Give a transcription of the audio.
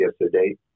yesterday